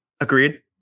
Agreed